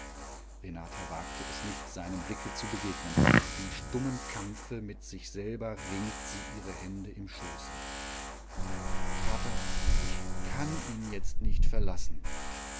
renata wagt es nicht seinem blicke zu begegnen in stummem kampfe mit sich selber ringt sie ihre hände im schoße vater ich kann ihn jetzt nicht verlassen